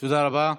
תודה רבה.